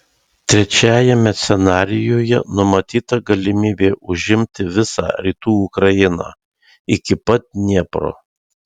trečiajame scenarijuje numatyta galimybė užimti visą rytų ukrainą iki pat dniepro